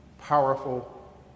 powerful